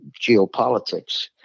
geopolitics